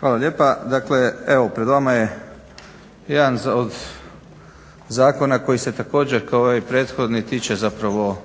Hvala lijepa. Dakle evo pred vama je jedan od zakona koji se također kao i ovaj prethodni tiče zapravo